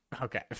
Okay